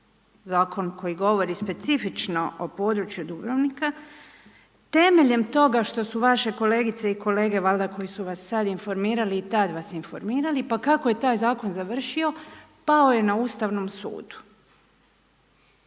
zakon koji govori specifično o području Dubrovnika, temeljem toga, što su vaše kolegice i kolege, valjda koji su vas sada informirali i tada vas informirali, pa kako je taj zakon završio, pao je na Ustavnom sudu.